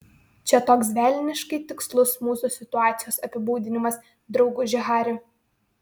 čia toks velniškai tikslus mūsų situacijos apibūdinimas drauguži hari